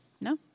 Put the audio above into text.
No